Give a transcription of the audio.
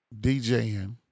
DJing